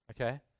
Okay